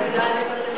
איזה נהלים אתם מעבירים?